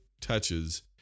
touches